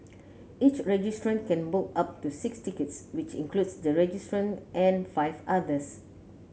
each registrant can book up to six tickets which includes the registrant and five others